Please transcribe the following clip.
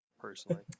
personally